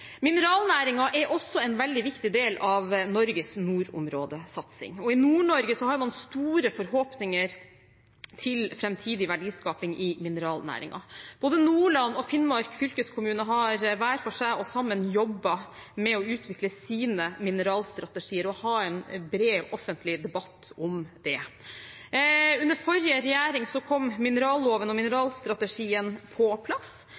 er også en veldig viktig del av Norges nordområdesatsing. I Nord-Norge har man store forhåpninger til framtidig verdiskaping i mineralnæringen. Nordland og Finnmark fylkeskommune har hver for seg og sammen jobbet med å utvikle sine mineralstrategier og ha en bred offentlig debatt om det. Under forrige regjering kom mineralloven og mineralstrategien på plass.